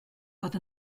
fod